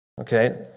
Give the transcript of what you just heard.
Okay